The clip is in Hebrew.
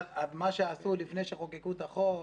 אבל מה שעשו לפני שחוקקו את החוק,